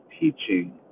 teaching